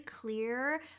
clear